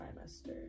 trimester